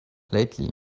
lately